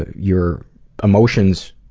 your emotions